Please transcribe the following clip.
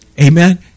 Amen